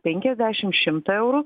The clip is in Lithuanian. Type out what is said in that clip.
penkiasdeįim šimtą eurų